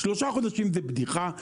שלושה חודשים זה בדיחה,